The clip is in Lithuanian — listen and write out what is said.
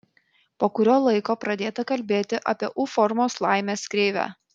po kurio laiko pradėta kalbėti apie u formos laimės kreivę